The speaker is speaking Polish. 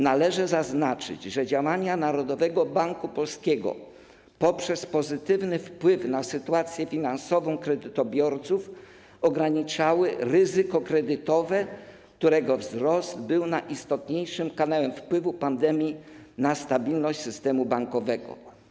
Należy zaznaczyć, że działania Narodowego Banku Polskiego poprzez pozytywny wpływ na sytuację finansową kredytobiorców ograniczały ryzyko kredytowe, którego wzrost był najistotniejszym kanałem wpływu pandemii na stabilność systemu bankowego.